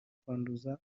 kwanduza